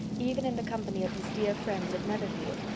even in the company of his dear friends at netherfield,